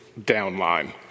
downline